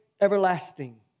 everlasting